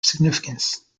significance